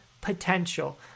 potential